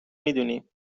میدونیم